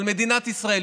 אבל מדינת ישראל,